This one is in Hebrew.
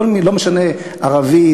ולא משנה ערבי,